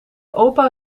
opa